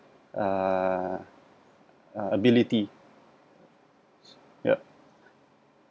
err ability yup